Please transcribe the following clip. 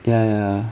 ya ya ya